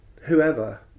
whoever